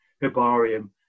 Herbarium